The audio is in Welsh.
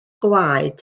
gwaed